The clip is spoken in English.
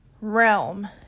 realm